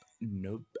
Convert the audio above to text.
nope